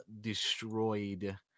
destroyed